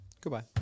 Goodbye